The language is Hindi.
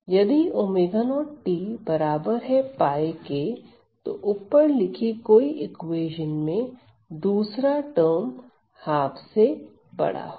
यदि 𝛚0t बराबर है 𝝅 के तो ऊपर लिखी कोई इक्वेशन में दूसरा टर्म ½ से बड़ा होगा